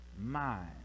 mind